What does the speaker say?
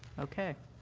okay.